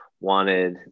wanted